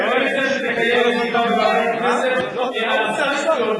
אני מציע שתקיים ישיבה בוועדת הכנסת על סנקציות